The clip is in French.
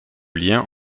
lien